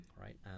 right